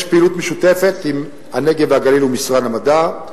יש פעילות משותפת עם המשרד לפיתוח הנגב והגליל ומשרד המדע.